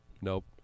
nope